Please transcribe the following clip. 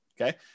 okay